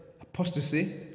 apostasy